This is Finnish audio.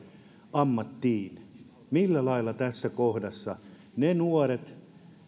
ammattiin millä lailla tässä kohdassa toimivat ne nuoret